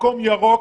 למקום ירוק.